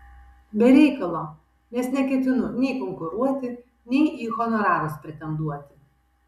be reikalo nes neketinu nei konkuruoti nei į honorarus pretenduoti